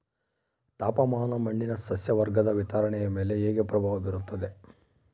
ತಾಪಮಾನ ಮಣ್ಣಿನ ಸಸ್ಯವರ್ಗದ ವಿತರಣೆಯ ಮೇಲೆ ಹೇಗೆ ಪ್ರಭಾವ ಬೇರುತ್ತದೆ?